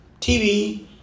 TV